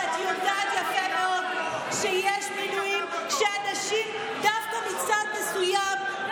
ואת יודעת יפה מאוד שיש מקרים שנשים דווקא מצד מסוים,